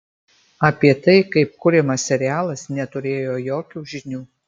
apie tai kaip kuriamas serialas neturėjo jokių žinių